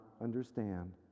understand